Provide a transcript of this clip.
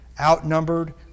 outnumbered